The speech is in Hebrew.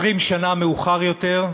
20 שנה מאוחר יותר,